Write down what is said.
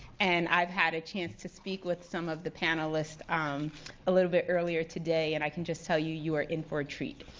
and i've had a chance to speak with some of the panelists um a little bit earlier today, and i can just tell you, you are in for a treat.